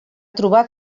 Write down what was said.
trobar